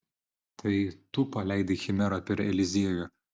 tai tu paleidai chimerą per eliziejų